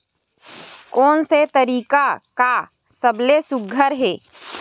कोन से तरीका का सबले सुघ्घर हे?